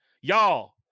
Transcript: Y'all